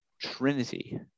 Trinity